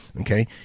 okay